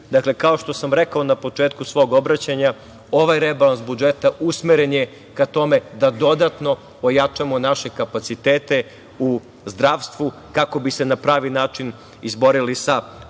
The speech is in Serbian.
Ub. Dakle, kao što sam rekao na početku svog obraćanja, ovaj rebalans budžeta usmeren je ka tome da dodatno ojačamo naše kapacitete u zdravstvu, kako bi se na pravi način izborili sa pandemijom